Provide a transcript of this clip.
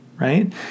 right